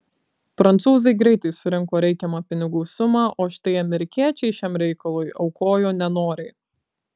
prancūzai greitai surinko reikiamą pinigų sumą o štai amerikiečiai šiam reikalui aukojo nenoriai